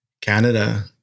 Canada